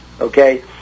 Okay